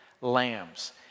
lambs